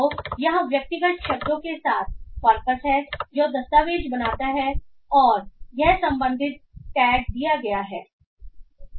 तो यहाँ व्यक्तिगत शब्दों के साथ कॉर्पस है जो दस्तावेज़ बनाता है और यह संबंधित टैग दिया गया है